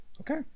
Okay